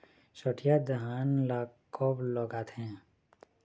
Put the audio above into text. सठिया धान ला कब लगाथें?